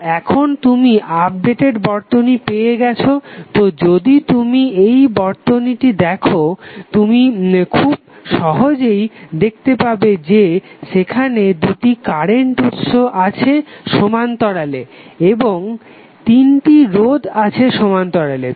তো এখন তুমি আপডেটেড বর্তনী পেয়ে গেছো তো যদি তুমি এই বর্তনীটি দেখো তুমি খুব সহজেই দেখতে পাবে যে সেখানে দুটি কারেন্ট উৎস আছে সমান্তরালে এবং তিনটি রোধ আছে সমান্তরালে